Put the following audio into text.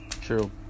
True